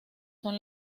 son